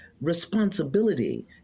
responsibility